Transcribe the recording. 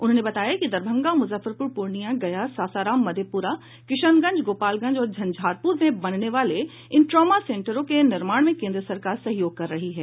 उन्होंने बताया कि दरभंगा मुजफ्फरपुर पूर्णियां गया सासाराम मधेपुरा किशनगंज गोपालगंज और झंझारपुर में बनने वाले इन ट्रॉमा सेन्टरों के निर्माण में केन्द्र सरकार सहयोग कर रही है